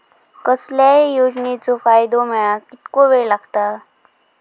कसल्याय योजनेचो फायदो मेळाक कितको वेळ लागत?